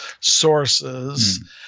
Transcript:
sources